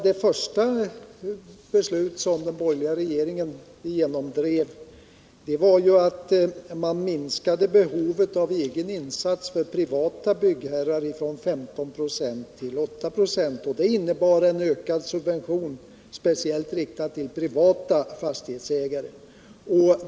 Det första beslut som den borgerliga regeringen genomdrev var ju att man minskade behovet av cgen insats för privata byggherrar från 15 ”; till 8 vo. Det innebar en ökad subvention speciellt riktad till privata fastighetsägare.